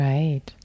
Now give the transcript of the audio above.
Right